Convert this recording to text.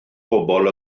pobl